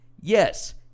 yes